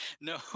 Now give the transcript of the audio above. No